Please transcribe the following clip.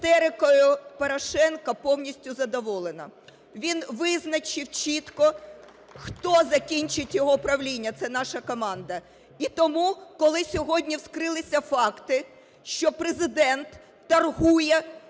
Істерикою Порошенка повністю задоволена. Він визначив чітко, хто закінчить його правління – це наша команда. І тому, коли сьогодні вскрилися факти, що Президент торгує